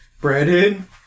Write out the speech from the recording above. Brandon